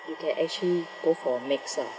you can actually go for mix lor